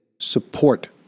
support